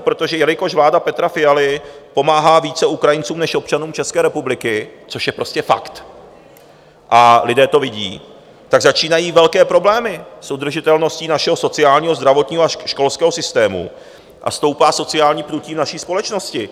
protože jelikož vláda Petra Fialy pomáhá více Ukrajincům než občanům České republiky což je prostě fakt a lidé to vidí začínají velké problémy udržitelností našeho sociálního, zdravotnického a školského systému a stoupá sociální pnutí v naší společnosti.